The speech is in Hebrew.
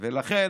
ולכן,